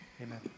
Amen